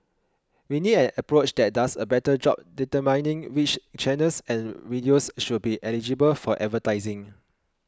we need an approach that does a better job determining which channels and videos should be eligible for advertising